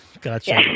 gotcha